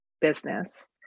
business